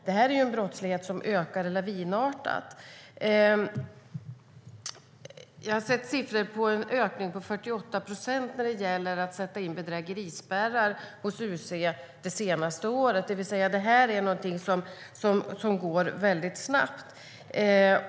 Det här är en brottslighet som ökar lavinartat. Jag har sett siffran 48 procents ökning när det gäller att sätta in bedrägerispärrar hos UC under det senaste året. Detta är en ökning som sker väldigt snabbt.